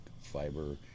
fiber